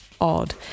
odd